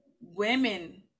women